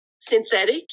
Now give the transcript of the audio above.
synthetic